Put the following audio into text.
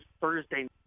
Thursday